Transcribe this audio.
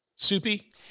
Soupy